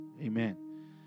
Amen